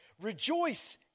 Rejoice